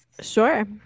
sure